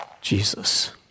Jesus